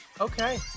Okay